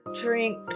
drink